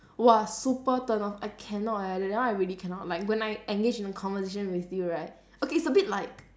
!wah! super turn off I cannot leh that that one I really cannot like when I engage in a conversation with you right okay it's a bit like